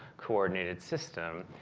coordinated system.